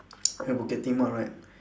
at bukit timah right